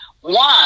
one